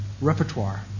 repertoire